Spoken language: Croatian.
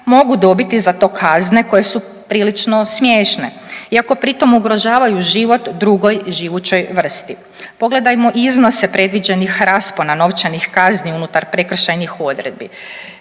mogu dobiti za to kazne koje su prilično smiješne iako pri tom ugrožavaju život drugoj živućoj vrsti. Pogledajmo iznose predviđenih raspona novčanih kazni unutar prekršajnih odredbi,